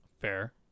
Fair